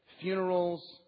funerals